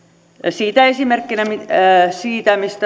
siitä esimerkkinä se mistä